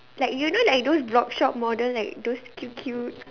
like you know like those blogshop models like those cute cute